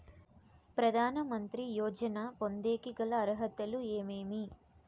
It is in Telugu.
ప్రధాన మంత్రి యోజన పొందేకి గల అర్హతలు ఏమేమి?